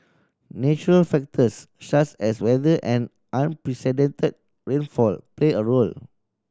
natural factors such as weather and unprecedented rainfall play a role